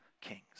kings